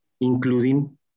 including